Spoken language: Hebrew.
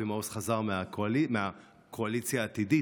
אבי מעוז חזר מהקואליציה העתידית,